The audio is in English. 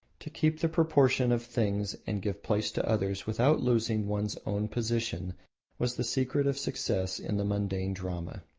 to keep the proportion of things and give place to others without losing one's own position was the secret of success in the mundane drama.